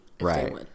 Right